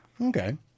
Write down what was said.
Okay